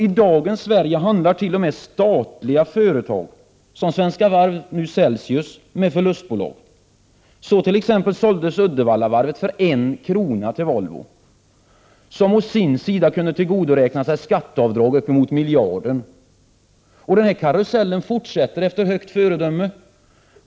I dagens Sverige handlar t.o.m. statliga företag som Svenska Varv-Celsius med förlustbolag. Så t.ex. såldes Uddevallavarvet för 1 krona till Volvo, som å sin sida kunde tillgodoräkna sig skatteavdrag uppemot miljarden. Och den karusellen fortsätter efter högt föredöme.